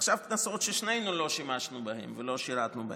עכשיו כנסות ששנינו לא שימשנו בהן ולא שירתנו בהן.